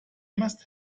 must